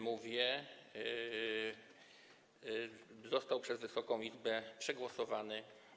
mówię, został przez Wysoką Izbę przegłosowany.